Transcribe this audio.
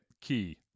key